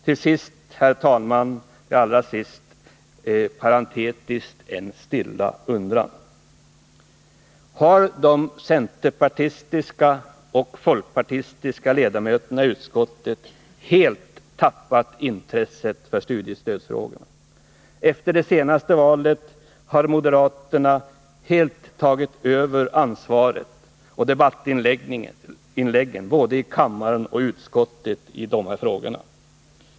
Till allra sist, parentetiskt, en stilla undran: Har de centerpartistiska och folkpartistiska ledamöterna i utskottet helt tappat intresset för studiestöds frågorna? Efter det senaste valet har moderaterna helt fått tag över ansvaret fä och debattinläggen både i kammaren och i utskottet i dessa frågor.